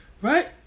Right